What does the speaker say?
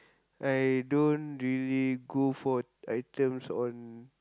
I don't really go for items on